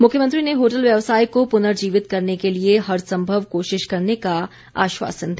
मुख्यमंत्री ने होटल व्यवसाय को पुर्नजीवित करने के लिए हरसंभव कोशिश करने का आश्वासन दिया